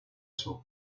suo